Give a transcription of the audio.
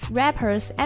rappers